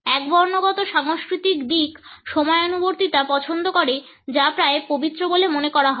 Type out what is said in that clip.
একবর্ণগত সাংস্কৃতিক দিক সময়ানুবর্তিতা পছন্দ করে যা প্রায় পবিত্র বলে মনে করা হয়